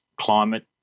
climate